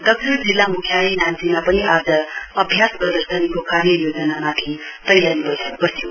दक्षिण जिल्ला मुख्यालय नाम्चीमा पनि आज अभ्यास प्रदर्शनीको कार्ययोजनामाथि तयारी बैठक बस्यो